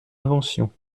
inventions